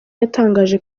yatangaje